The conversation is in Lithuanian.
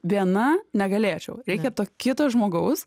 viena negalėčiau reikia to kito žmogaus